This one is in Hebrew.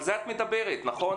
על זה את מדברת, נכון?